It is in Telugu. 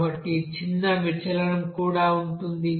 కాబట్టి చిన్న విచలనం కూడా ఉంది